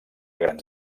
grans